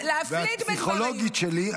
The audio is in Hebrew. ואת פסיכולוגית שלי,